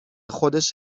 خودش